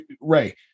Ray